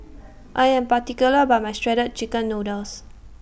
I Am particular about My Shredded Chicken Noodles